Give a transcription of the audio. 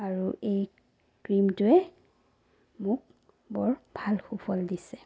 আৰু এই ক্ৰীমটোৱে মোক বৰ ভাল সুফল দিছে